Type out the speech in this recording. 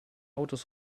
autos